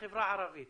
בחברה הערבית.